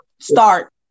start